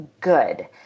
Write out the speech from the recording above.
good